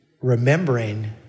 remembering